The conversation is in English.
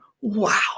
wow